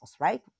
right